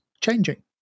changing